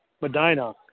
Medina